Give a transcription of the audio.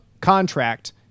contract